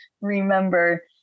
remember